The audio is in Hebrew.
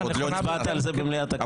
עוד לא הצבעת על זה במליאת הכנסת.